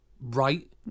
right